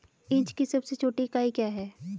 Inch की सबसे छोटी इकाई क्या है?